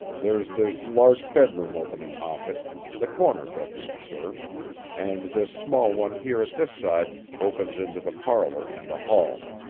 there's this large bedroom opening off it the corner bedroom, sir and this small one here at this side opens into the parlor and the hall.